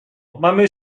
mamy